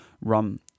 run